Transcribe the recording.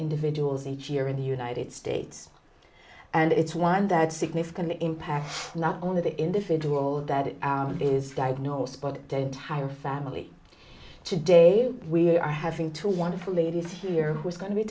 individuals each year in the united states and it's one that significant impacts not only the individual that is diagnosed but dead entire family today we are having two wonderful ladies here who is going to be